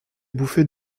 bouffées